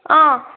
ആ